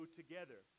together